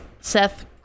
Seth